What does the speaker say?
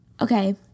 Okay